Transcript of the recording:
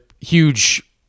huge